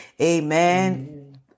Amen